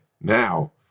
now